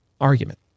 argument